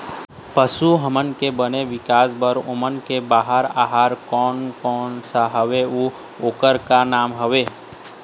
पशु हमन के बने विकास बार ओमन के बार आहार कोन कौन सा हवे अऊ ओकर का नाम हवे?